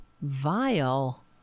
Vile